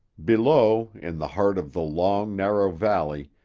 below, in the heart of the long, narrow valley,